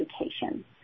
education